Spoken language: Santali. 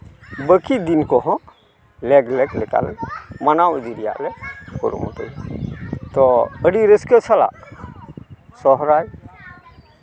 ᱵᱟᱹᱠᱤ ᱫᱤᱱ ᱠᱚᱦᱚᱸ ᱞᱮᱠ ᱞᱮᱠ ᱞᱮᱠᱟᱞᱮ ᱢᱟᱱᱟᱣ ᱤᱫᱤ ᱜᱮᱭᱟᱞᱮ ᱟᱞᱮ ᱞᱮ ᱠᱩᱨᱩᱢᱩᱴᱩᱭᱟ ᱛᱚ ᱟᱹᱰᱤ ᱨᱟᱹᱥᱠᱟᱹ ᱥᱟᱞᱟᱜ ᱥᱚᱨᱦᱟᱭ